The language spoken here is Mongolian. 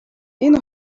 энэ